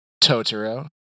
Totoro